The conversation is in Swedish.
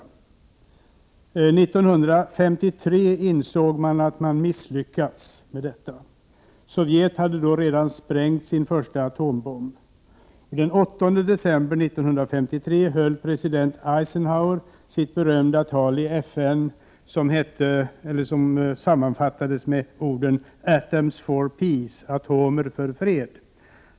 1953 insåg man att man hade misslyckats med detta. Sovjet hade då redan sprängt sin första atombomb. Den 8 december 1953 höll president Eisenhower sitt berömda tal i FN som sammanfattades med orden ”atoms for peace”, atomer för fred.